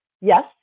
yes